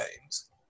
games